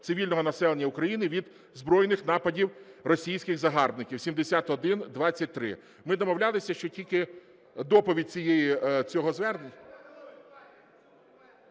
цивільного населення України від збройних нападів російських загарбників (7123). Ми домовлялися, що тільки доповідь цього звернення…